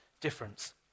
difference